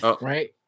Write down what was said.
Right